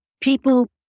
People